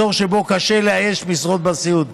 אזור שבו קשה לאייש משרות בסיעוד.